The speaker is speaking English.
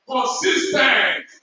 Consistent